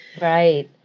Right